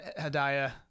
Hadaya